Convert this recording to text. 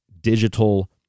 digital